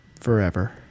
Forever